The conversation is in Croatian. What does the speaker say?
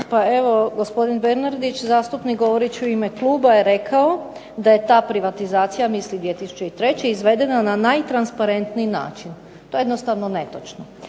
Pa evo gospodin Bernardić zastupnik, govoreći u ime kluba, je rekao da je ta privatizacija, misli 2003., izvedena na najtransparentniji način. To je jednostavno netočno.